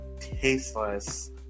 tasteless